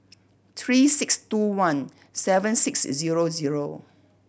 three six two one seven six zero zero